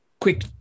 quick